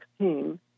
2016